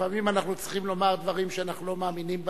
לפעמים אנחנו צריכים לומר דברים שאנחנו לא מאמינים בהם.